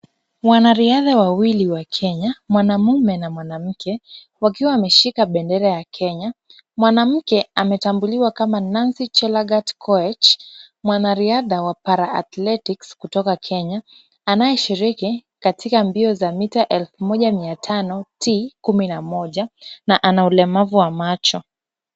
Wanariadha wawili wa Kenya, mwanaume na mwanamke, wakiwa wameshika bendera ya Kenya. Mwanamke ametambuliwa kama Nancy Chelagat Koech, mwanariadha wa paraathletics kutoka Kenya, anayeshiriki katika mbio za mita elfu mi tano T kumi n moja na ana ulemavu wa macho.